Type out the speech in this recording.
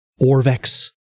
Orvex